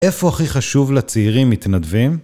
איפה הכי חשוב לצעירים מתנדבים?